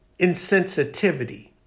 insensitivity